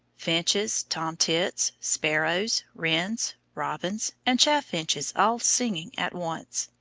finches, tomtits, sparrows, wrens, robins, and chaffinches all singing at once.